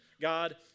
God